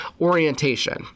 orientation